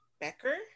Becker